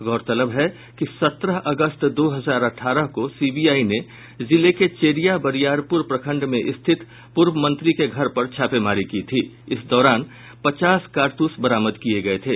गौरतलब है कि सत्रह अगस्त दो हजार अठारह को सीबीआई ने जिले के चेरिया बरियारपुर प्रखण्ड में स्थित पूर्व मंत्री के घर पर छापेमारी की थी इस दौरान पचास कारतूस बरामद किये गये थे